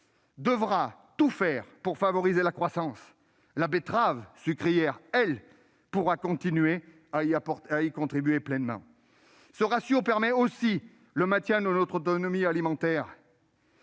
devra tout faire pour favoriser la croissance. La betterave sucrière pourra continuer à y contribuer pleinement. Ce ratio permet aussi le maintien de notre autonomie alimentaire.